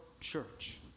church